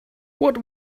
what